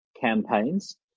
campaigns